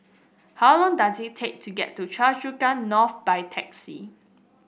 how long does it take to get to Choa Chu Kang North by taxi